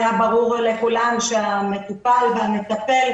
היה ברור לכולם שהמטופל והמטפל,